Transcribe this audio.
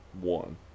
One